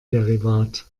derivat